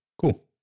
cool